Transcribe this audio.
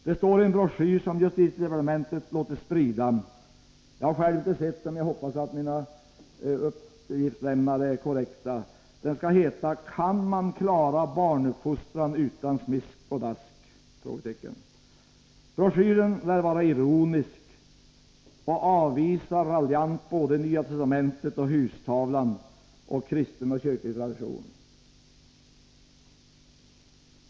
Det står i en broschyr som justitiedepartementet låtit sprida — jag har inte själv sett den men hoppas att de uppgifter jag har fått är korrekta: Kan man klara barnuppfostran utan smisk och dask? Broschyren lär vara ironisk och avvisar raljant både Nya testamentet och hustavlan och kristen och kyrklig tradition.